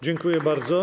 Dziękuję bardzo.